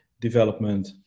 development